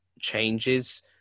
changes